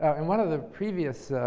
and one of the previous